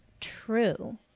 true